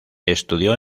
estudió